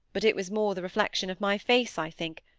but it was more the reflection of my face, i think,